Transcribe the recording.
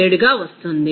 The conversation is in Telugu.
97గా వస్తుంది